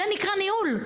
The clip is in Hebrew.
זה נקרא ניהול.